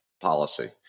policy